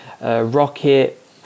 rocket